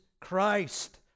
Christ